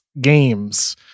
games